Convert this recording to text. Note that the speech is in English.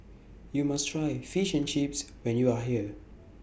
YOU must Try Fish and Chips when YOU Are here